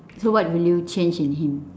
so what will you change in him